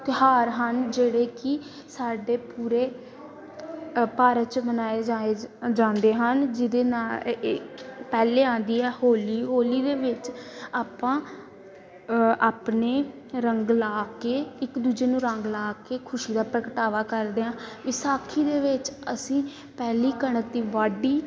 ਤਿਉਹਾਰ ਹਨ ਜਿਹੜੇ ਕਿ ਸਾਡੇ ਪੂਰੇ ਅ ਭਾਰਤ 'ਚ ਮਨਾਏ ਜਾਏ ਜਾਂਦੇ ਹਨ ਜਿਹਦੇ ਨਾਲ ਏ ਏ ਪਹਿਲੇ ਆਉਂਦੀ ਆ ਹੋਲੀ ਹੋਲੀ ਦੇ ਵਿੱਚ ਆਪਾਂ ਆਪਣੇ ਰੰਗ ਲਾ ਕੇ ਇੱਕ ਦੂਜੇ ਨੂੰ ਰੰਗ ਲਾ ਕੇ ਖੁਸ਼ੀ ਦਾ ਪ੍ਰਗਟਾਵਾ ਕਰਦੇ ਹਾਂ ਵਿਸਾਖੀ ਦੇ ਵਿੱਚ ਅਸੀਂ ਪਹਿਲੀ ਕਣਕ ਦੀ ਵਾਢੀ